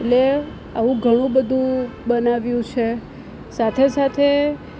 એટલે આવું ઘણું બધું બનાવ્યું છે સાથે સાથે